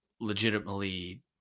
legitimately